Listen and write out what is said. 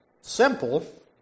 simple